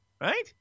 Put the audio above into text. Right